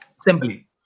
simply